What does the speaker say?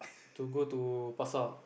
to go to pasar